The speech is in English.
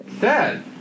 Dad